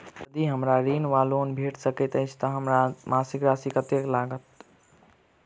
यदि हमरा ऋण वा लोन भेट सकैत अछि तऽ हमरा ओकर मासिक राशि कत्तेक लागत?